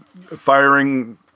firing